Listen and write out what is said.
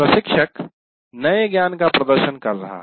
प्रशिक्षक नए ज्ञान का प्रदर्शन कर रहा है